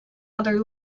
other